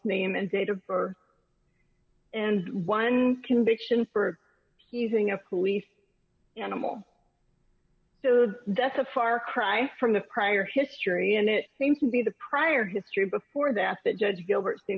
name and date of birth and one conviction for using a police animal so that's a far cry from the prior history and it seems to be the prior history before that that judge gilbert seem